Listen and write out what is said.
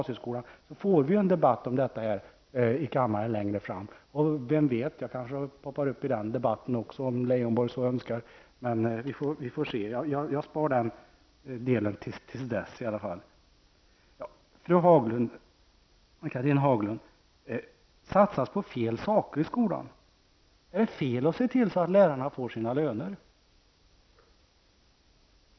Vi får längre fram en debatt här i kammaren om den framtida gymnasieskolan -- och vem vet, jag kanske hoppar upp också i den debatten om Lars Leijonborg så önskar. Vi får se. Jag sparar i alla fall den delen till dess. Ann-Cathrine Haglund säger att det satsas på fel saker i skolan. Är det fel att se till att lärarna får sina löner?